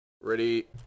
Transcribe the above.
Ready